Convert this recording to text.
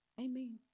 Amen